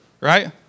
Right